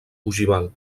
ogival